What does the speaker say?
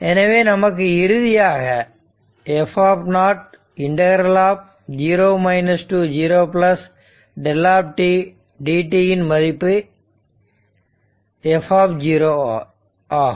எனவே நமக்கு இறுதியாக f 0 to 0 ∫ δ dt இன் மதிப்புf ஆகும்